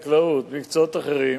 בחקלאות ובמקצועות אחרים,